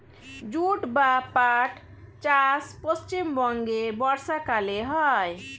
jute বা পাট চাষ পশ্চিমবঙ্গে বর্ষাকালে হয়